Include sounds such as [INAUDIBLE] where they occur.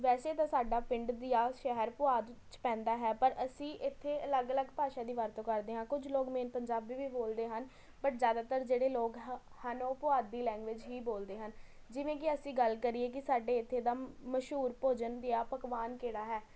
ਵੈਸੇ ਤਾਂ ਸਾਡਾ ਪਿੰਡ [UNINTELLIGIBLE] ਸ਼ਹਿਰ ਪੁਆਧ ਵਿੱਚ ਪੈਂਦਾ ਹੈ ਪਰ ਅਸੀਂ ਇੱਥੇ ਅਲੱਗ ਅਲੱਗ ਭਾਸ਼ਾ ਦੀ ਵਰਤੋਂ ਕਰਦੇ ਹਾਂ ਕੁਝ ਲੋਕ ਮੇਨ ਪੰਜਾਬੀ ਵੀ ਬੋਲਦੇ ਹਨ ਬਟ ਜ਼ਿਆਦਾਤਰ ਜਿਹੜੇ ਲੋਕ ਹ ਹਨ ਉਹ ਪੁਆਧੀ ਲੈਂਗੂਏਜ਼ ਹੀ ਬੋਲਦੇ ਹਨ ਜਿਵੇਂ ਕਿ ਅਸੀਂ ਗੱਲ ਕਰੀਏ ਕਿ ਸਾਡੇ ਇੱਥੇ ਦਾ ਮਸ਼ਹੂਰ ਭੋਜਨ [UNINTELLIGIBLE] ਪਕਵਾਨ ਕਿਹੜਾ ਹੈ